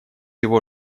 его